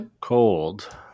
cold